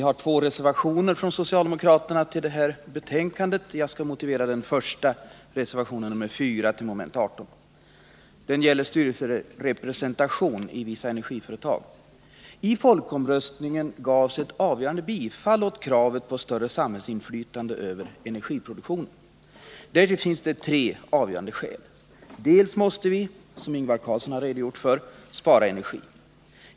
Herr talman! Vi har från socialdemokratiskt håll fogat två reservationer vid detta betänkande. Jag skall motivera den första, reservation 4 till mom. 18. Den gäller styrelserepresentation i vissa energiföretag. I folkomröstningen gavs ett avgörande bifall till kravet på större samhällsinflytande över energiproduktionen. För ett sådant ökat inflytande finns tre mycket tungt vägande skäl. För det första måste vi — som Ingvar Carlsson har redogjort för — spara energi.